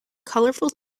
colorful